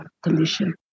condition